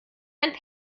einen